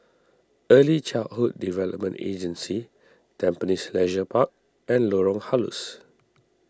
Early Childhood Development Agency Tampines Leisure Park and Lorong Halus